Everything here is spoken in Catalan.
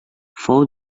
fou